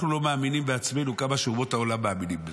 אנחנו לא מאמינים בעצמנו כמה שאומות העולם מאמינות בזה.